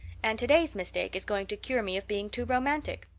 and today's mistake is going to cure me of being too romantic.